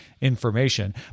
information